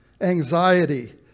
anxiety